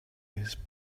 his